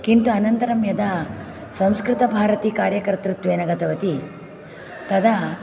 किन्तु अनन्तरं यदा संस्कृतभारतीकार्यकर्तृत्वेन गतवती तदा